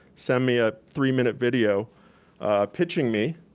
send me a three minute video pitching me,